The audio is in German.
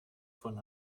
von